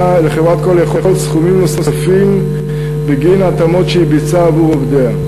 סכומים נוספים בגין התאמות שהיא ביצעה עבור עובדיה.